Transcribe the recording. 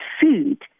food